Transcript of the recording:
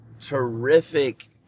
terrific